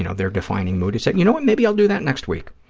you know their defining mood. you so you know what? maybe i'll do that next week,